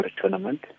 Tournament